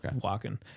walking